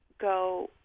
go